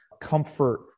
comfort